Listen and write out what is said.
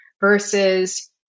versus